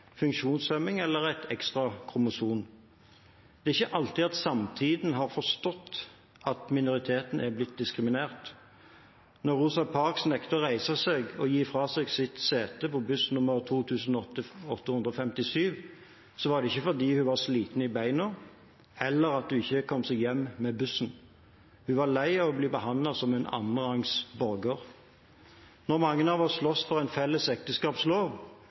eller et ekstra kromosom. Det er ikke alltid at samtiden har forstått at minoriteten har blitt diskriminert. Da Rosa Parks nektet å reise seg og gi fra seg setet på buss nr. 2857, var det ikke fordi hun var sliten i bena, eller at hun ikke kom seg hjem med bussen. Hun var lei av å bli behandlet som en annenrangs borger. Da mange av oss sloss for felles ekteskapslov,